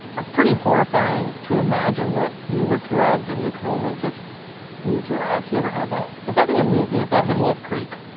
ah pretty horrifying to imagine that you were drugged and you can only just move your eyes. have you ever had that? is that in a movie? that's in wolf creek.